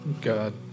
God